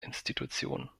institution